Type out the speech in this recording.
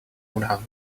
now